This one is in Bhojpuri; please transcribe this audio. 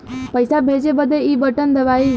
पइसा भेजे बदे ई बटन दबाई